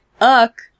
uck